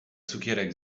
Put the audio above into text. cukierek